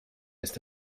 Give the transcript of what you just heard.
ist